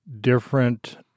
different